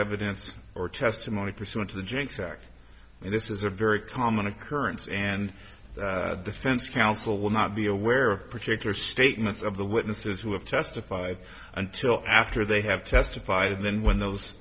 evidence or testimony pursuant to the janks act and this is a very common occurrence and the defense counsel will not be aware of particular statements of the witnesses who have testified until after they have testified and then when those